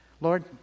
Lord